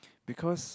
because